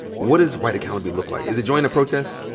what does white accountability like? is it join a protest?